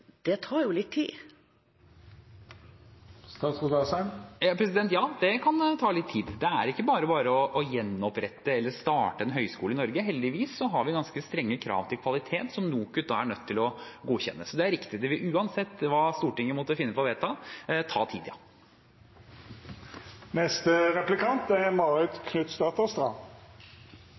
Det tar jo litt tid? Ja, det kan ta litt tid. Det er ikke bare bare å gjenopprette eller starte en høyskole i Norge. Heldigvis har vi ganske strenge krav til kvalitet, som NOKUT da er nødt til å godkjenne. Så det er riktig – uansett hva Stortinget måtte finne på å vedta, vil det ta